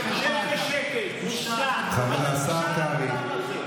שלחת חצי מהעם לעזאזל.